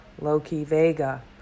Loki-Vega